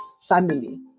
family